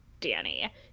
Danny